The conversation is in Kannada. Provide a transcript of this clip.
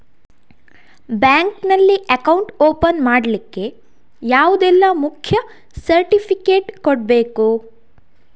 ಬ್ಯಾಂಕ್ ನಲ್ಲಿ ಅಕೌಂಟ್ ಓಪನ್ ಮಾಡ್ಲಿಕ್ಕೆ ಯಾವುದೆಲ್ಲ ಮುಖ್ಯ ಸರ್ಟಿಫಿಕೇಟ್ ಕೊಡ್ಬೇಕು?